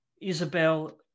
Isabel